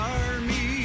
army